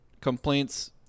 complaints